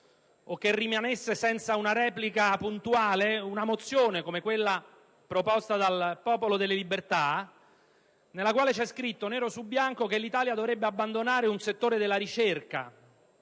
o rimanesse senza una replica puntuale una mozione come quella proposta dal Popolo della Libertà, nella quale è scritto nero su bianco che l'Italia dovrebbe abbandonare un settore della ricerca,